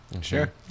sure